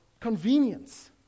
convenience